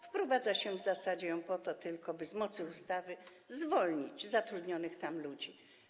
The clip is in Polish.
Wprowadza się ją w zasadzie tylko po to, by z mocy ustawy zwolnić zatrudnionych tam ludzi.